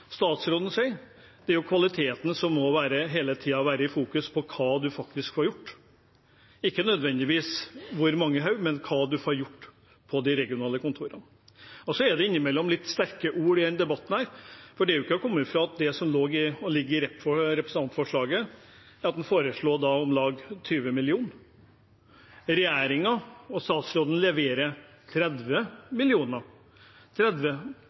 statsråden sier, at det er kvaliteten som hele tiden må være i fokus for hva man faktisk får gjort, ikke nødvendigvis hvor mange hoder, men hva man får gjort på de regionale kontorene. Det er innimellom litt sterke ord i denne debatten. Det er ikke til å komme fra at en i representantforslaget foreslår om lag 20 mill. kr, mens regjeringen og statsråden leverer 30